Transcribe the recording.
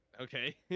Okay